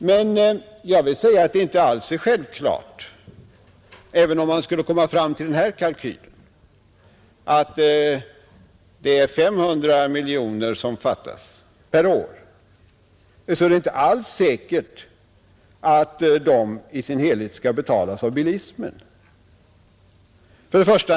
Men även om man skulle komma fram till den kalkylen att det är 500 miljoner som fattas per år, så är det inte alls säkert att de i sin helhet skall betalas av bilismen.